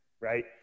right